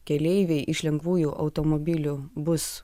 keleiviai iš lengvųjų automobilių bus